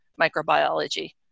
microbiology